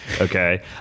Okay